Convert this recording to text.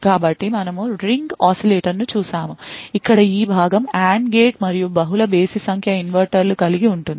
కాబట్టి మనము ring oscillator ను చూశాము ఇక్కడ ఈ భాగం AND గేట్ మరియు బహుళ బేసి సంఖ్య ఇన్వర్టర్లను కలిగి ఉంటుంది